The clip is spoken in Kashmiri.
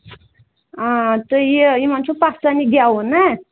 آ تہٕ یہِ یِمن چھُ پَژھٮ۪نہٕ گٮ۪وُن نا